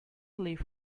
leave